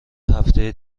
هفته